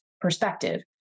perspective